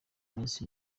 minsi